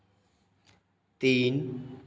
तीन